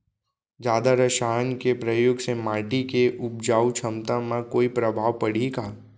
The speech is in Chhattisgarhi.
जादा रसायन के प्रयोग से माटी के उपजाऊ क्षमता म कोई प्रभाव पड़ही का?